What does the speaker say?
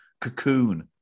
cocoon